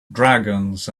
dragons